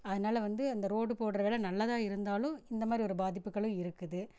அதனால வந்து அந்த ரோடு போடுகிற வேலை நல்லதாக இருந்தாலும் இந்தமாதிரி ஒரு பாதிப்புகளும் இருக்குது